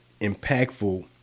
impactful